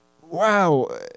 wow